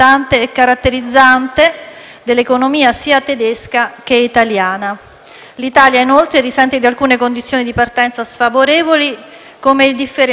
Di fronte all'attuale contesto di fragilità economica, sia nazionale che internazionale, però, il Governo del cambiamento reagisce con responsabilità